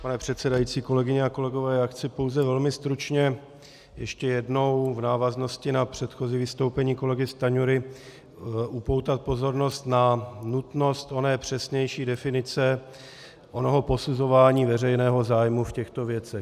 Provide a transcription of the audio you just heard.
Pane předsedající, kolegyně a kolegové, já chci pouze velmi stručně ještě jednou v návaznosti na předchozí vystoupení kolegy Stanjury upoutat pozornost na nutnost oné přesnější definice onoho posuzování veřejného zájmu v těchto věcech.